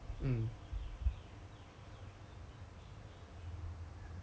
but then because the other guy the other New Zealander lah